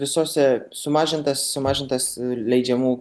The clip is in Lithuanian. visose sumažintas sumažintas leidžiamų